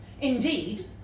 Indeed